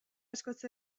askoz